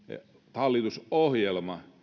hallitusohjelma